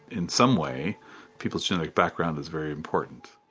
in some way people's genetic background is very important.